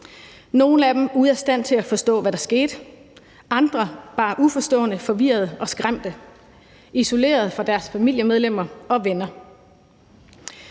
Nogle af dem var ude af stand til at forstå, hvad der skete, og andre var bare uforstående, forvirrede og skræmte og isoleret fra deres familiemedlemmer og venner.